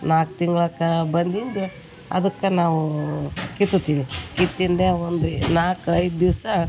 ನಾಲ್ಕು ತಿಂಗ್ಳಕಾ ಬಂದಿದ್ದು ಅದುಕ್ಕ ನಾವು ಕಿತ್ತತೀವಿ ಕಿತ್ತಿಂದೆ ಅವೊಂದು ನಾಲ್ಕು ಐದು ದಿವ್ಸ